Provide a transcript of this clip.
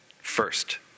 first